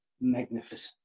magnificent